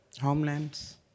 homelands